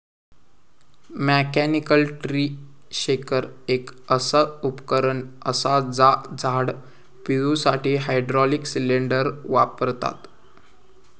mechanical tree shaker एक असा उपकरण असा जा झाड पिळुसाठी हायड्रॉलिक सिलेंडर वापरता